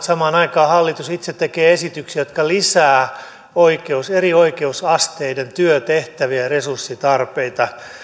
samaan aikaan hallitus itse tekee esityksiä jotka lisäävät eri oikeusasteiden työtehtäviä ja resurssitarpeita